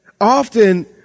Often